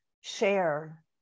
share